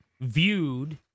viewed